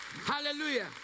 Hallelujah